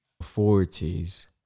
authorities